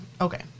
Okay